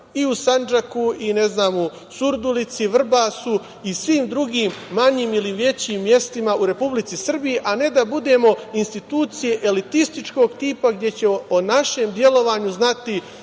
i građanima Sandžaka, Surdulice, Vrbasa i svim drugim manjim ili većim mestima u Republici Srbiji, a ne da budemo institucije elitističkog tipa gde će o našem delovanju znati